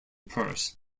purse